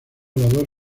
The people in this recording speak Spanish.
orador